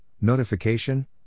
Notification